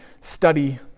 study